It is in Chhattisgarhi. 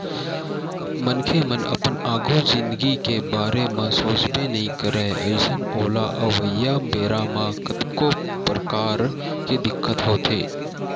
मनखे मन अपन आघु जिनगी के बारे म सोचबे नइ करय अइसन ओला अवइया बेरा म कतको परकार के दिक्कत होथे